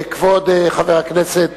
חבר הכנסת